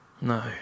No